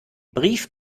brief